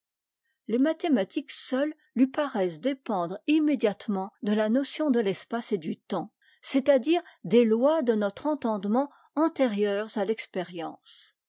lés mathématiques seules lui paraissent dépendre'immédiatement de la notion de l'espace et du temps c'està-dire des lois de notre entendement antérieures à l'expérience